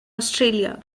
australia